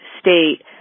state